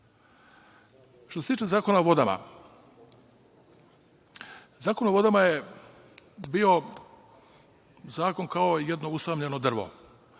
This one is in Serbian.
se tiče Zakona o vodama. Zakon o vodama je bio zakon kao jedno usamljeno drvo.